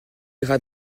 iras